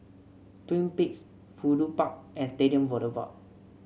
Twin Peaks Fudu Park and Stadium Boulevard